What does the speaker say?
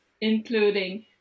including